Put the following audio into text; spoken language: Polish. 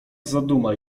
zaduma